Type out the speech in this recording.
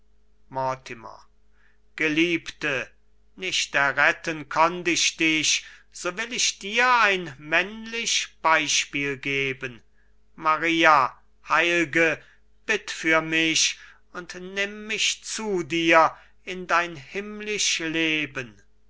geliebte nicht erretten konnt ich dich so will ich dir ein männlich beispiel geben maria heil'ge bitt für mich und nimm mich zu dir in dein himmlisch leben